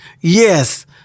Yes